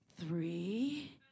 three